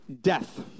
death